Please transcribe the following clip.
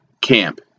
camp